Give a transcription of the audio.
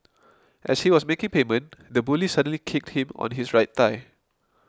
as he was making payment the bully suddenly kicked him on his right thigh